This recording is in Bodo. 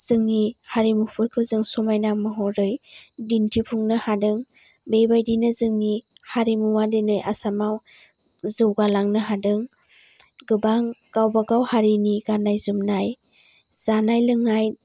जोंनि हारिमुफोरखौ जों समायना महरै दिन्थिफुंनो हादों बेबादिनो जोंनि हारिमुवा दिनै आसामाव जौगालांनो हादों गोबां गावबा गाव हारिनि गाननाय जोमनाय जानाय लोंनाय